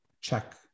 check